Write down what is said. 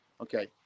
Okay